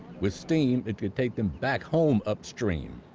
with steam, it could take them back home upstream,